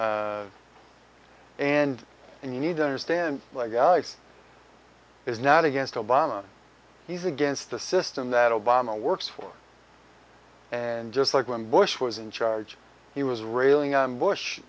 list and and you need to understand like alex is not against obama he's against the system that obama works for and just like when bush was in charge he was railing on bush